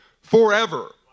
forever